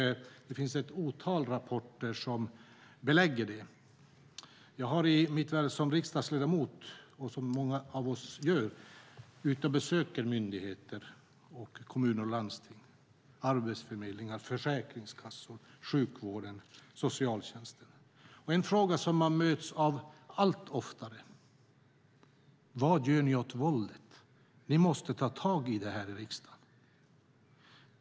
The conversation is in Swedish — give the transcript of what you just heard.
Det finns ett otal rapporter som belägger det. Jag är som riksdagsledamot, som många av oss gör, ute och besöker myndigheter och kommuner och landsting, arbetsförmedlingar, försäkringskassor, sjukvården, socialtjänsten. En fråga som man möts av allt oftare är: Vad gör ni åt våldet? Ni måste ta tag i det här i riksdagen.